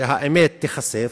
כדי שהאמת תיחשף,